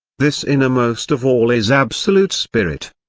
this innermost of all is absolute spirit.